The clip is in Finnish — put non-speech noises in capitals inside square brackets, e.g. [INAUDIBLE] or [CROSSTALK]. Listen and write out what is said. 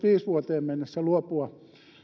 [UNINTELLIGIBLE] siis vuoteen kaksituhattakolmekymmentäviisi mennessä luopua